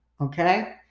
Okay